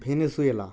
Venezuela